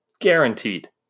Guaranteed